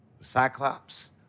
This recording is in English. Cyclops